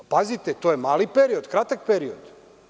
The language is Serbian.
Pazite to je mali period, kratak period.